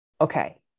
okay